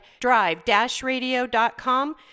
drive-radio.com